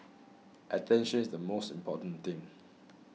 attention is the most important thing